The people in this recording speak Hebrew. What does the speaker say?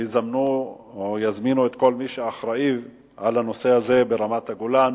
ויזמינו את כל מי שאחראי לנושא הזה ברמת-הגולן